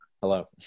Hello